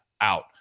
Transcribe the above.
out